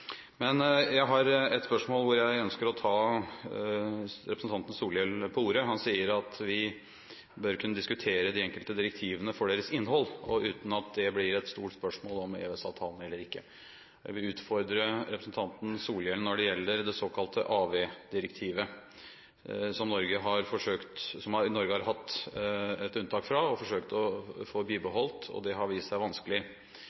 Men jeg har et spørsmål hvor jeg ønsker å ta representanten Solhjell på ordet. Han sier at vi bør kunne diskutere de enkelte direktivene for deres innhold uten at det blir et stort spørsmål om EØS-avtalen eller ikke. Jeg vil utfordre representanten Solhjell når det gjelder det såkalte AV-direktivet som Norge har hatt et unntak fra, og har forsøkt å få bibeholdt. Det har vist seg vanskelig.